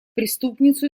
преступницу